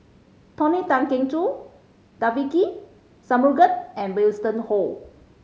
Tony Tan Keng Joo Devagi Sanmugam and Winston Oh